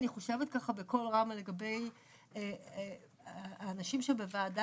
אני חושבת ככה בקול רם לגבי האנשים בוועדה